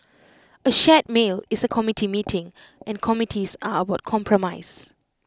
A shared meal is A committee meeting and committees are about compromise